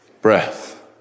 breath